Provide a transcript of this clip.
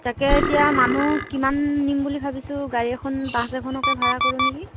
তাকে এতিয়া মানুহ কিমান নিম বুলি ভাবিছোঁ গাড়ী এখন বাছ এখনক ভাড়া কৰোঁ নেকি